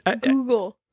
Google